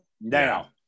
Now